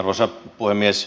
arvoisa puhemies